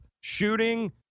shooting